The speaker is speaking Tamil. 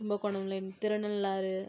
கும்பகோணம் திருநள்ளாறு